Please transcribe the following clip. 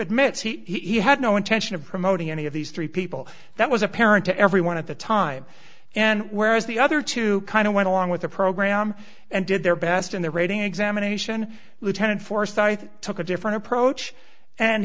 admits he had no intention of promoting any of these three people that was apparent to everyone at the time and whereas the other two kind of went along with the program and did their best in the rating examination lieutenant forsyth took a different approach and